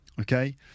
Okay